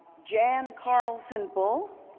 jan carlsson-bull.